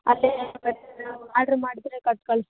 order ಮಾಡಿದರೆ ಕಟ್ಟಿ ಕಳಿಸಿ